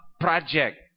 project